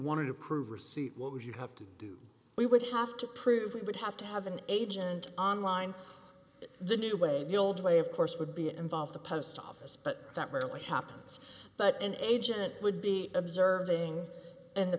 wanted to prove receipt what would you have to do we would have to prove we would have to have an agent on line the new way the old way of course would be it involves the post office but that rarely happens but an agent would be observing and the